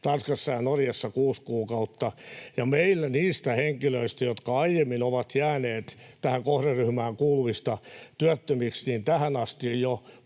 Tanskassa ja Norjassa kuusi kuukautta. Meillä niistä henkilöistä, jotka aiemmin ovat jääneet tähän kohderyhmään kuuluvista työttömiksi, tähän asti jo